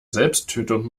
selbsttötung